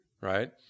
right